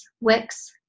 Wix